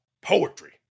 Poetry